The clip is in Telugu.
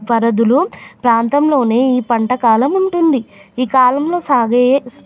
పరిదుల ప్రాంతంలోఈ పంట కాలం ఉంటుంది ఈ కాలంలో సాగు